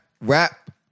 Rap